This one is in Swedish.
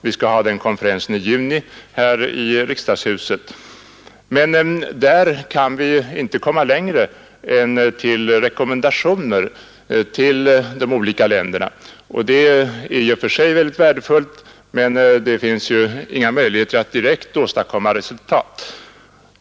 Vi skall hålla konferensen i juni här i riksdagshuset, men där kan vi inte komma längre än till rek ommendationer till de olika länderna. Detta är i och för sig mycket värdefullt — det finns dock inga möjligheter att direkt åstadkomma resultat.